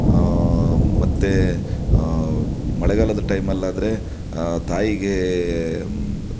ಮತ್ತು ಮಳೆಗಾಲದ ಟೈಮಲ್ಲಾದರೆ ತಾಯಿಗೆ